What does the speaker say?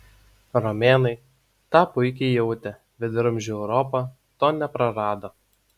romėnai tą puikiai jautė viduramžių europa to neprarado